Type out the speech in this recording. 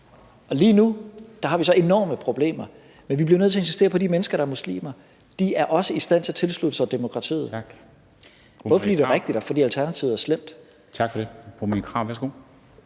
Lige nu har vi så enorme problemer, men vi bliver nødt til at insistere på, at de mennesker, der er muslimer, også er i stand til at tilslutte sig demokratiet – både fordi det er rigtigt, og fordi alternativet er slemt. Kl.